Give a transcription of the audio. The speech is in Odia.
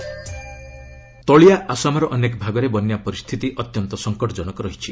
ଆସାମ ଫୁଡ ତଳିଆ ଆସାମର ଅନେକ ଭାଗରେ ବନ୍ୟା ପରିସ୍ଥିତି ଅତ୍ୟନ୍ତ ସଙ୍କଟଜନକ ରହିଛି